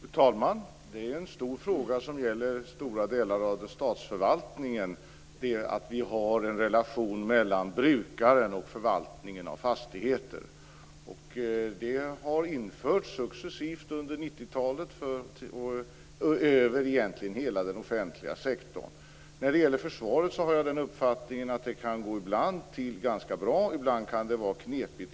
Fru talman! Det är en stor fråga som gäller stora delar av statsförvaltningen att vi har en relation mellan brukaren och förvaltningen av fastigheten. Det har införts successivt under 90-talet över egentligen hela den offentliga sektorn. När det gäller försvaret har jag den uppfattningen att det ibland kan gå ganska bra till, och att det ibland kan vara knepigt.